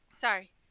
sorry